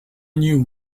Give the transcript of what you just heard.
knew